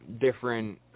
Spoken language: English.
different